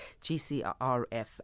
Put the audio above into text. GCRF